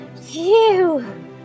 Phew